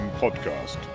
Podcast